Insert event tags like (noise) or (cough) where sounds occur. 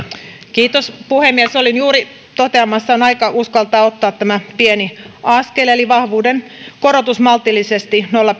kiitos puhemies olin juuri toteamassa että on aika uskaltaa ottaa tämä pieni askel eli vahvuuden korotus maltillisesti nolla (unintelligible)